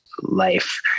life